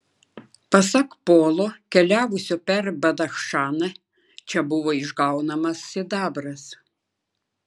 pasak polo keliavusio per badachšaną čia buvo išgaunamas sidabras